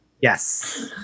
Yes